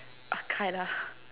okay lah